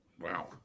Wow